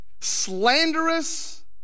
slanderous